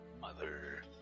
mother